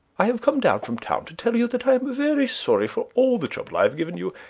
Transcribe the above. i have come down from town to tell you that i am very sorry for all the trouble i have given you,